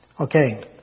Okay